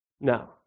no